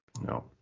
No